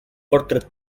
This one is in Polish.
portret